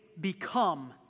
become